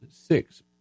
Six